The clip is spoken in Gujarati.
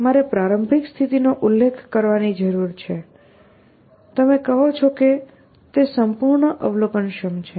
મારે પ્રારંભિક સ્થિતિનો ઉલ્લેખ કરવાની જરૂર છે તમે કહો છો કે તે સંપૂર્ણ અવલોકનક્ષમ છે